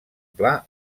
pla